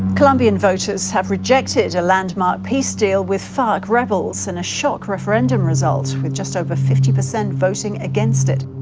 colombian voters have rejected a landmark peace deal with farc rebels in a shock referendum result with just over fifty percent voting against it.